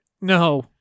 No